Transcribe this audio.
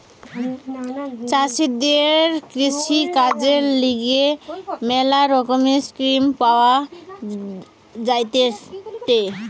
চাষীদের কৃষিকাজের লিগে ম্যালা রকমের স্কিম পাওয়া যায়েটে